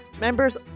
members